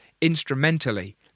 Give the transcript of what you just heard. instrumentally